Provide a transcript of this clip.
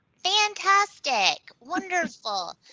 fantastic. wonderful.